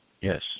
Yes